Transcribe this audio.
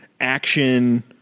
action